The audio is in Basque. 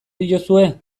diozue